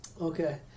okay